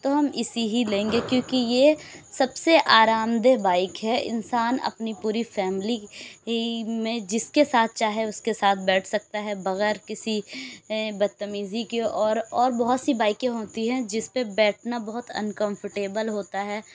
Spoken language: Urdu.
تو ہم اسی ہی لیں گے کیونکہ یہ سب سے آرام دہ بائیک ہے انسان اپنی پوری فیملی میں جس کے ساتھ چاہے اس کے ساتھ بیٹھ سکتا ہے بغیر کسی بدتمیزی کے اور اور بہت سی بائیکیں ہوتی ہیں جس پہ بیٹھنا بہت ان کمفرٹیبل ہوتا ہے